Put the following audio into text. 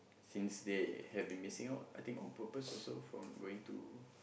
since they have been missing out on purpose also from going to